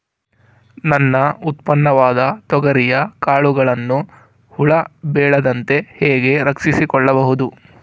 ನನ್ನ ಉತ್ಪನ್ನವಾದ ತೊಗರಿಯ ಕಾಳುಗಳನ್ನು ಹುಳ ಬೇಳದಂತೆ ಹೇಗೆ ರಕ್ಷಿಸಿಕೊಳ್ಳಬಹುದು?